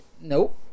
Nope